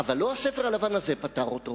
אבל לא הספר הלבן הזה פתר אותו